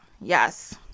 Yes